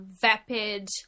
vapid